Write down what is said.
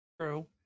True